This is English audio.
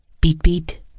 Beat-beat